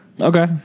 Okay